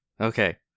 Okay